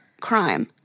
crime